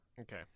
Okay